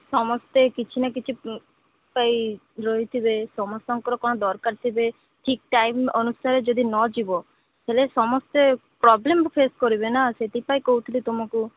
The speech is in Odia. ସମସ୍ତେ କିଛି ନା କିଛି ପାଇଁ ରହିଥିବେ ସମସ୍ତଙ୍କର କ'ଣ ଦରକାର ଥିବେ ଠିକ୍ ଟାଇମ ଅନୁସାରେ ଯଦି ନ ଯିବ ତାହେଲେ ସମସ୍ତେ ପ୍ରୋବ୍ଲେମ୍ ଫେସ୍ କରିବେ ନାଁ ସେଥିପାଇଁ କହୁଥିଲି ତୁମକୁ